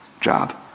job